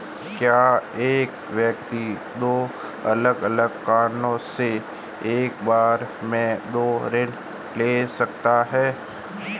क्या एक व्यक्ति दो अलग अलग कारणों से एक बार में दो ऋण ले सकता है?